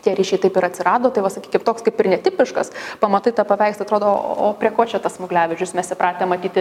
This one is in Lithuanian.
tie ryšiai taip ir atsirado tai va sakykim toks kaip ir netipiškas pamatai tą paveikslą atrodo o prie ko čia tas smuglevičius mes įpratę matyti